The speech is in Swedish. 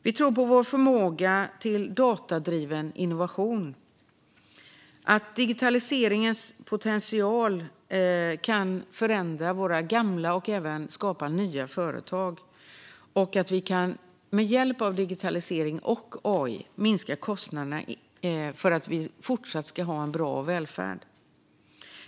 Vi tror på vår förmåga till datadriven innovation och att digitaliseringen har potential att förändra våra gamla företag samt skapa nya. Vi tror att vi med hjälp av digitalisering och AI kan minska kostnaderna för att därmed fortsatt kunna ha en bra välfärd.